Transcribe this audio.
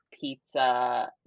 pizza